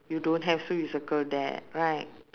you don't have so you circle that right